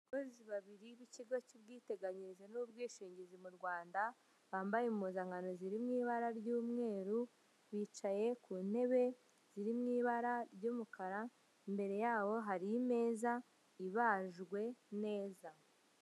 Abakozi babiri b'ikigo cy'ubwiteganyirize n'ubwishingizi mu Rwanda bambaye impuzankano ziri mu ibara ry'umweru, bicaye ku ntebe ziri mu ibara ry'umukara, imbere yabo hari imeza ibajwe neza.